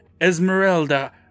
Esmeralda